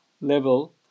level